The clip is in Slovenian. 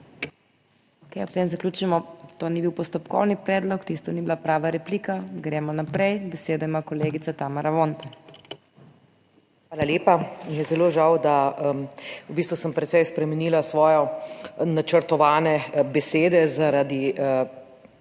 Okej, potem zaključimo, to ni bil postopkovni predlog, tisto ni bila prava replika. Gremo naprej. Besedo ima kolegica Tamara Vonta. TAMARA VONTA (PS Svoboda): Hvala lepa. Mi je zelo žal, da, v bistvu sem precej spremenila svoje načrtovane besede zaradi